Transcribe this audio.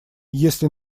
если